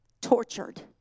tortured